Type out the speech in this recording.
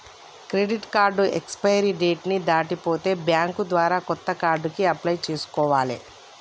credit card expiry date ని దాటిపోతే bank ద్వారా కొత్త కార్డుకి అప్లై చేసుకోవాలే